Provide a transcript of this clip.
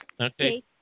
Okay